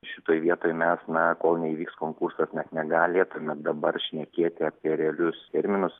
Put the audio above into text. šitoj vietoj mes na kol neįvyks konkursas net negalėtume dabar šnekėti apie realius terminus